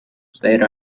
stayed